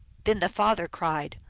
then the father cried,